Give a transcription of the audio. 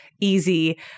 easy